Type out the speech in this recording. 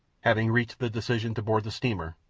having reached the decision to board the steamer,